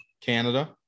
Canada